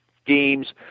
schemes